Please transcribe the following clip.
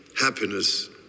happiness